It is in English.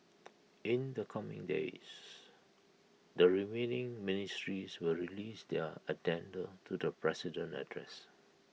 in the coming days the remaining ministries will release their addenda to the president's address